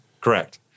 Correct